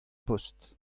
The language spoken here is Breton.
post